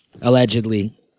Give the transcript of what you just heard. Allegedly